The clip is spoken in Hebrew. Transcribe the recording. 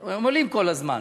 הם עולים כל הזמן,